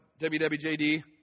WWJD